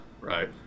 right